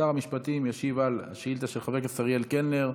שר המשפטים ישיב על שאילתה של חבר הכנסת אריאל קלנר: